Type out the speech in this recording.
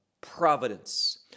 providence